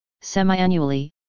semi-annually